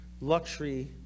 Luxury